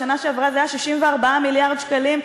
בשנה שעברה זה היה 64 מיליארד שקלים,